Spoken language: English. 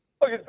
look